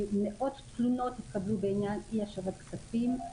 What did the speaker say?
מאות תלונות התקבלו בעניין אי השבת כספים.